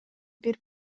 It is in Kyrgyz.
бир